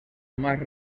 más